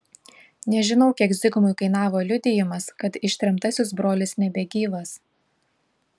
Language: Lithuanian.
nežinau kiek zigmui kainavo liudijimas kad ištremtasis brolis nebegyvas